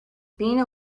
being